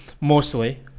mostly